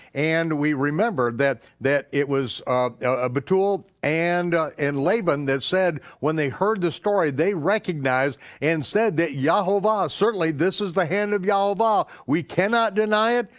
and we remember that that it was ah bethuel and and laban that said when they heard the story they recognized and said that yehovah, certainly this is the hand of yehovah, we cannot deny it,